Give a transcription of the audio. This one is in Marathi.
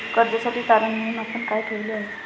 कर्जासाठी तारण म्हणून आपण काय ठेवले आहे?